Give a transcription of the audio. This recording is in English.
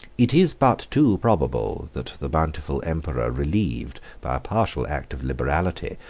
it is but too probable, that the bountiful emperor relieved, by a partial act of liberality,